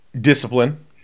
discipline